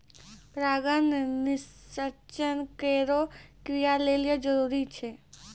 परागण निषेचन केरो क्रिया लेलि जरूरी छै